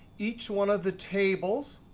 each one of the tables,